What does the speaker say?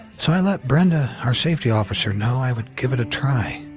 so i let brenda, our safety officer, know i would give it a try.